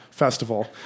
festival